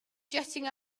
jetting